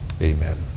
Amen